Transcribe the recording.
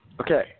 Okay